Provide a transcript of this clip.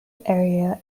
area